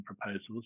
proposals